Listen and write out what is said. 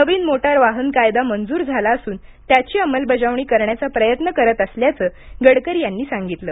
नवीन motor वाहन कायदा मंजूर झाला असून त्याची अमलबजावणी करण्याचा प्रयत्न करत असल्याचं गडकरी यांनी सांगितलं